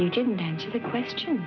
you didn't answer the question